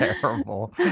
terrible